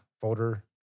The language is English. folder